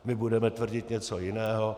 My budeme tvrdit něco jiného.